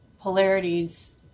polarities